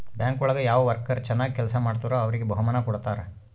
bank ಒಳಗ ಯಾವ worker ಚನಾಗ್ ಕೆಲ್ಸ ಮಾಡ್ತಾರೋ ಅವ್ರಿಗೆ ಬಹುಮಾನ ಕೊಡ್ತಾರ